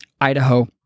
Idaho